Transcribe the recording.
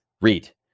read